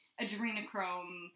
adrenochrome